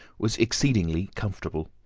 was exceedingly comfortable.